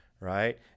right